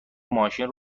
ماشین